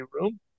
room